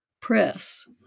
press